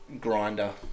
grinder